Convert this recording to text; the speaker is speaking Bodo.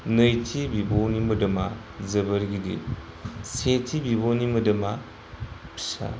नैथि बिब'नि मोदोमा जोबोर गिदिर सेथि बिब'नि मोदोमा फिसा